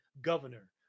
governor